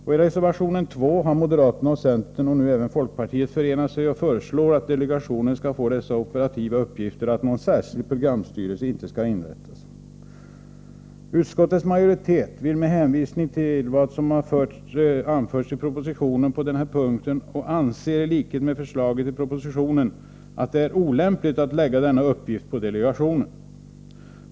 I reservation 2 har moderaterna och centern och nu även folkpartiet förenat sig och föreslår att delegationen skall få dessa operativa uppgifter och att någon särskild programstyrelse inte skall inrättas. Utskottets majoritet vill hänvisa till vad som anförts i propositionen på denna punkt och anser i likhet med vad regeringen säger i propositionen att det är olämpligt att lägga denna uppgift på delegationen.